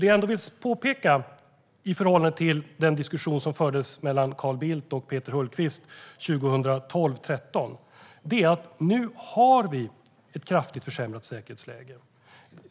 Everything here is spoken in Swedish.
Det jag ändå vill påpeka i förhållande till den diskussion som fördes mellan Carl Bildt och Peter Hultqvist 2012/13 är att vi nu har ett kraftigt försämrat säkerhetsläge.